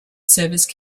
service